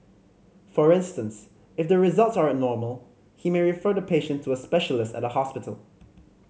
for instance if the results are abnormal he may refer the patient to a specialist at a hospital